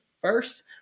first –